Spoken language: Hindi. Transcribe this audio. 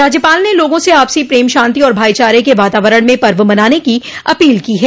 राज्यपाल ने लोगों से आपसी प्रेम शांति और भाईचारे के वातावरण में पर्व मनाने की अपील की है